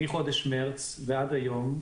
מחודש מרץ ועד היום,